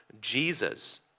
Jesus